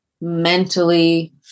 mentally